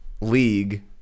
League